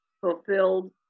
fulfilled